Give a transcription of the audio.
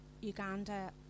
Uganda